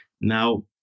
Now